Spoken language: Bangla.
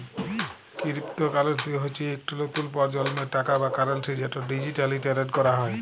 কিরিপতো কারেলসি হচ্যে ইকট লতুল পরজলমের টাকা বা কারেলসি যেট ডিজিটালি টেরেড ক্যরা হয়